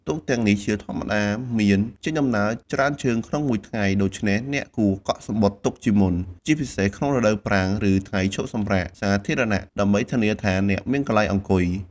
ទូកទាំងនេះជាធម្មតាមានចេញដំណើរច្រើនជើងក្នុងមួយថ្ងៃ ដូច្នេះអ្នកគួរកក់សំបុត្រទុកជាមុន ជាពិសេសក្នុងរដូវប្រាំង ឬថ្ងៃឈប់សម្រាកសាធារណៈ ដើម្បីធានាថាអ្នកមានកន្លែងអង្គុយ។